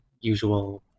usual